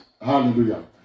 Hallelujah